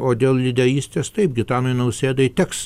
o dėl lyderystės taip gitanui nausėdai teks